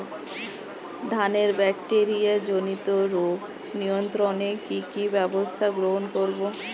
ধানের ব্যাকটেরিয়া জনিত রোগ নিয়ন্ত্রণে কি কি ব্যবস্থা গ্রহণ করব?